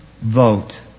vote